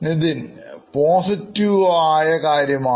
Nithin positive സുഖമാണ്